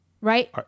Right